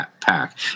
pack